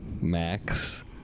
max